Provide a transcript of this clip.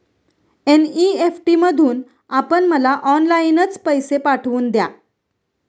NEFT मधून आपण मला ऑनलाईनच पैसे पाठवून द्या